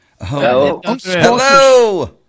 Hello